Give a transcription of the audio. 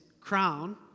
crown